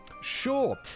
Sure